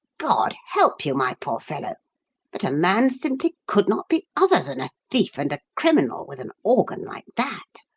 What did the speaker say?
god help you, my poor fellow but a man simply could not be other than a thief and a criminal with an organ like that.